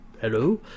hello